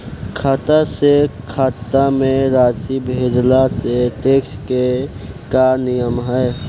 खाता से खाता में राशि भेजला से टेक्स के का नियम ह?